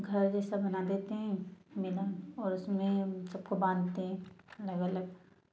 घर जैसा बना देते हैं मैदान और उसमें सबको बांधते हैं अलग अलग